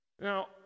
Now